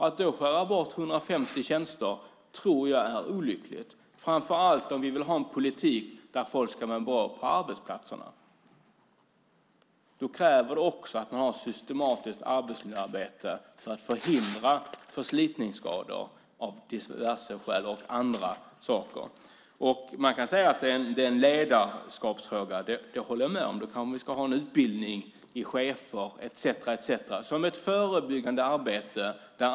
Att då skära bort 150 tjänster tror jag är olyckligt, framför allt om vi vill ha en politik där folk ska ha det bra på arbetsplatserna. Då kräver det att man har ett systematiskt arbetsmiljöarbete för att förhindra förslitningsskador av diverse skäl och andra saker. Man kan säga att det är en ledarskapsfråga. Det håller jag med om. Då kanske man ska ordna en utbildning för chefer etcetera som ett förebyggande arbete.